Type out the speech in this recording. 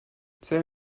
zähl